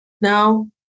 Now